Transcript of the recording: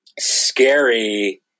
scary